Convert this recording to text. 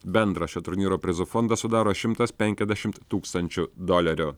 bendra šio turnyro prizų fondą sudaro šimtas penkiasdešimt tūkstančių dolerių